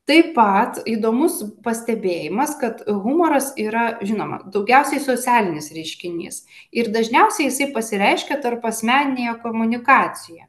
taip pat įdomus pastebėjimas kad humoras yra žinoma daugiausiai socialinis reiškinys ir dažniausiai jisai pasireiškia tarpasmeninėje komunikacijoje